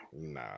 Nah